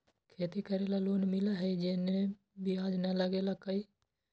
खेती करे ला लोन मिलहई जे में ब्याज न लगेला का?